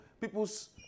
People's